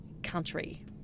country